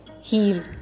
heal